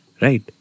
Right